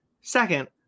second